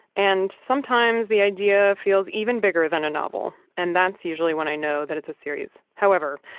and sometimes the idea feels even bigger than a novel. and that's usually when i know that it's a series. however,